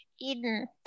Eden